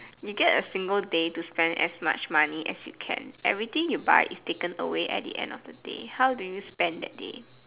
you get a single day to spend as much money as you can everything you buy is taken away at the end of the day how do you spend that day